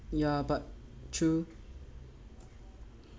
ya but true